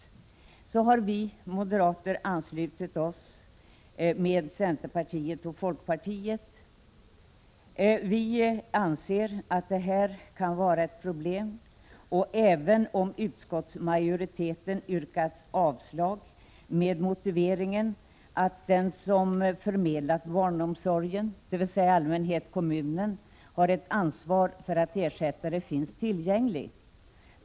Här har vi moderater anslutit oss till centerpartiet och folkpartiet. Vi anser att sjukdomsfall av detta slag kan vara ett problem. Utskottsmajoriteten har yrkat avslag med motiveringen att den som fördelat barnomsorgen, dvs. i allmänhet kommunen, har ett ansvar för att ersättare finns tillgänglig.